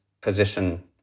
position